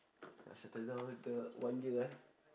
settle down later one year ah